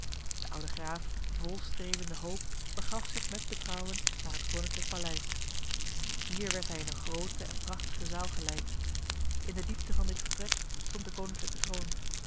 de oude graaf vol strelende hoop begaf zich met betrouwen naar het koninklijk paleis hier werd hij in een grote en prachtige zaal geleid in de diepte van dit vertrek stond de koninklijke troon